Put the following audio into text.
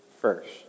first